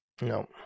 No